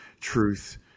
truth